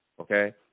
Okay